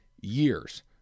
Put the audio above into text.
years